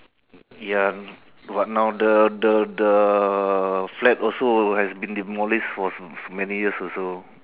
ya but now the the the flat also has been demolished for so many years also